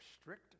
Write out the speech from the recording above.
strict